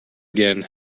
again